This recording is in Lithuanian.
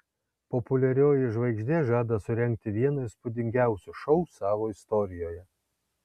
populiarioji žvaigždė žada surengti vieną įspūdingiausių šou savo istorijoje